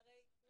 הרי זה reset.